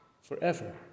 forever